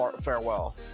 farewell